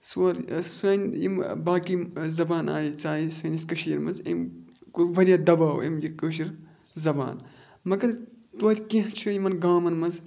سون سٲنۍ یِم باقی زبان آیہِ ژایہِ سٲنِس کٔشیٖرِ منٛز أمۍ کوٚر واریاہ دَباو أمۍ یہِ کٲشِر زبان مگر تویتہِ کینٛہہ چھِ یِمَن گامَن منٛز